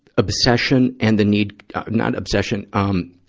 obsession and the need not obsession, um,